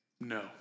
no